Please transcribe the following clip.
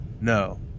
No